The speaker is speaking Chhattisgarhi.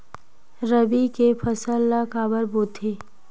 रबी के फसल ला काबर बोथे?